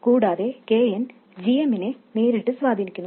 കൂടാതെ kn gmനെ നേരിട്ട് സ്വാധീനിക്കുന്നു